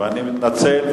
ואני מתנצל,